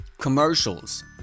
commercials